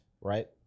right